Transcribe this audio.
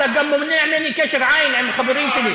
אתה גם מונע ממני קשר עין עם חברים שלי?